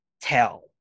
tell